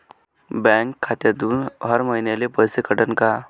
Bank खात्यातून हर महिन्याले पैसे कटन का?